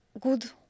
good